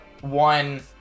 one